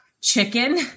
chicken